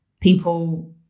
people